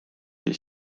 või